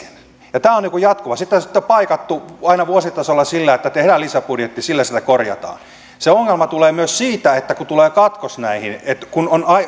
ja tämä on jatkuvaa sitä sitten on paikattu aina vuositasolla sillä että tehdään lisäbudjetti sillä sitä korjataan se ongelma tulee myös siitä että kun tulee katkos näihin on